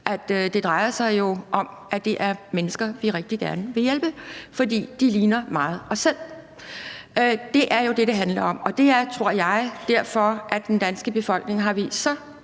Det drejer sig jo om, at det er mennesker, vi rigtig gerne vil hjælpe, fordi de ligner meget os selv. Det er jo det, det handler om, og det er, tror jeg, derfor, at den danske befolkning har vist så